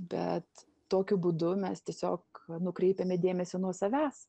bet tokiu būdu mes tiesiog nukreipiame dėmesį nuo savęs